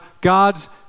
God's